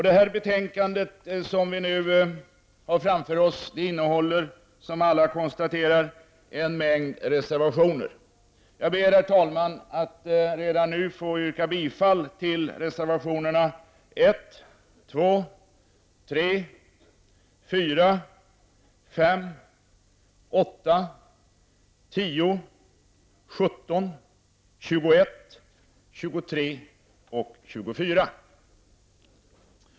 Det betänkande som vi nu har framför oss innehåller, som alla konstaterar, en mängd reservationer. Jag ber, herr talman, att redan nu få yrka bifall till reservationerna 1, 2, 3,4, 5,8, 10, 17, 21, 23 och 24.